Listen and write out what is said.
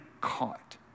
caught